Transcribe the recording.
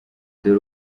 dore